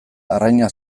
arraina